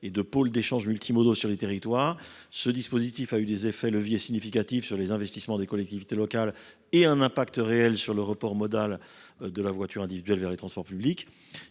et de pôles d’échanges multimodaux sur les territoires. Ce dispositif a eu des effets de levier significatifs sur les investissements des collectivités locales et un impact réel sur le report modal de la voiture individuelle vers les transports publics.